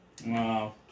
Wow